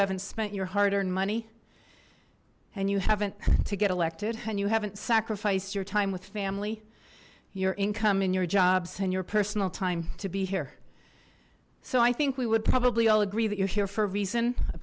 haven't spent your hard earned money and you haven't to get elected and you haven't sacrificed your time with family your income in your jobs and your personal time to be here so i think we would probably all agree that you're here for a reason a